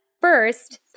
first